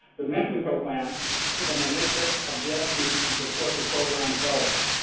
the mentoring program is an initiative of dfc and supports the program's goals.